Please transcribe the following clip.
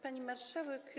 Pani Marszałek!